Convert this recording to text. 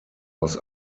aus